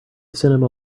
cinema